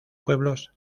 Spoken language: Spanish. pueblos